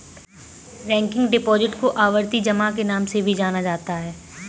recurring deposit को आवर्ती जमा के नाम से भी जाना जाता है